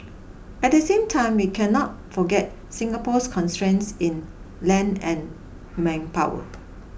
at the same time we cannot forget Singapore's constraints in land and manpower